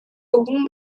өвгөн